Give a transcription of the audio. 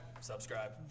subscribe